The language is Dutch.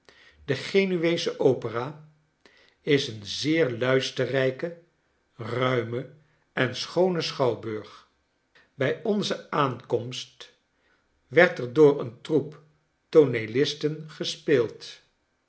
de genueesche opera is een zeer luisterrijke ruime en schoone schouwburg bij onze aankomst werd er door een troep tooneelisten gespeeld